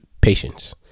patience